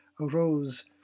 arose